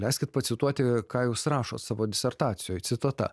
leiskit pacituoti ką jūs rašot savo disertacijoj citata